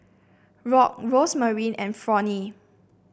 Rock Rosemarie and Fronnie